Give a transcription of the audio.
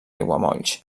aiguamolls